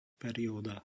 perióda